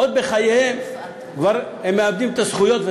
עוד בחייהם הם מאבדים את הזכויות,